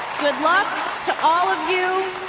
good luck to all of you,